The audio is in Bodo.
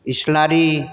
इस्लारि